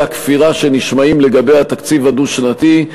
הכפירה שנשמעים לגבי התקציב הדו-שנתי,